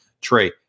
Trey